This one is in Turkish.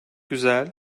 güzel